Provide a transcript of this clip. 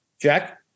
Jack